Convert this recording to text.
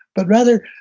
but rather,